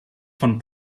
von